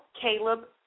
Caleb